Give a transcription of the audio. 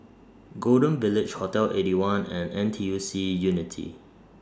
Golden Village Hotel Eighty One and N T U C Unity